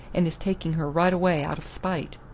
and is taking her right away out of spite.